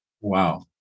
Wow